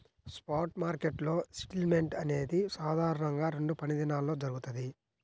spot మార్కెట్లో settlement అనేది సాధారణంగా రెండు పనిదినాల్లో జరుగుతది,